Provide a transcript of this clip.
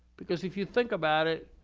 because if you think about it,